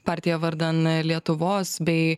partija vardan lietuvos bei